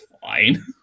fine